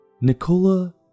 Nicola